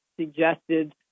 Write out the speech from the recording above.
suggested